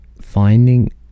finding